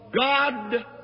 God